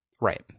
Right